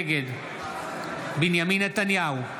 נגד בנימין נתניהו,